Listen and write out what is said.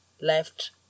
left